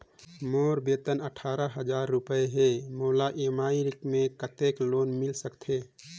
मोर वेतन अट्ठारह हजार रुपिया हे मोला ई.एम.आई मे कतेक लोन मिल सकथे?